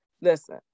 listen